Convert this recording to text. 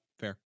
fair